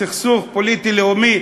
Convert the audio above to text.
סכסוך פוליטי-לאומי,